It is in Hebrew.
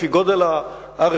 לפי גודל הרכוש,